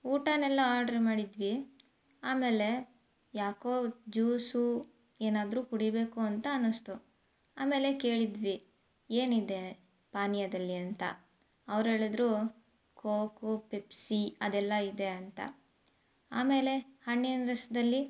ಊಟನ್ನೆಲ್ಲ order ಮಾಡಿದ್ವಿ ಆಮೇಲೆ ಯಾಕೋ ಜ್ಯೂಸು ಏನಾದರೂ ಕುಡಿಬೇಕು ಅಂತ ಅನಿಸ್ತು ಆಮೇಲೆ ಕೇಳಿದ್ವಿ ಏನಿದೆ ಪಾನೀಯದಲ್ಲಿ ಅಂತ ಅವ್ರು ಹೇಳಿದ್ರು ಕೋಕು ಪೆಪ್ಸಿ ಅದೆಲ್ಲ ಇದೆ ಅಂತ ಆಮೇಲೆ ಹಣ್ಣಿನ ರಸದಲ್ಲಿ